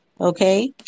Okay